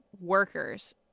workers